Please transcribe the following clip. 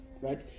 Right